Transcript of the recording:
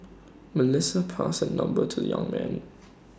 Melissa passed her number to young man